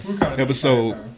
Episode